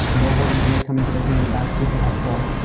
mobile engineers coming to the team. that's super helpful.